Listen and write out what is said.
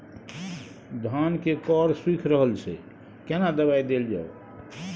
धान के कॉर सुइख रहल छैय केना दवाई देल जाऊ?